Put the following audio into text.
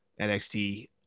NXT